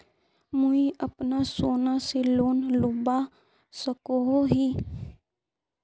मुई अपना सोना से लोन लुबा सकोहो ही?